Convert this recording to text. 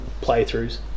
playthroughs